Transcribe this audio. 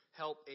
help